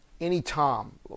Anytime